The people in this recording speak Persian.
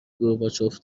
گورباچوف